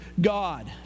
God